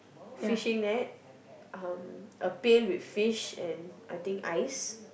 fishing net um a pail with fish and I think ice